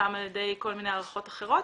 על ידי כל מיני הערכות אחרות.